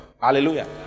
hallelujah